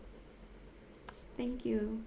thank you